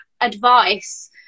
advice